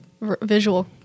visual